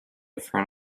front